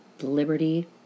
liberty